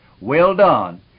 Well-Done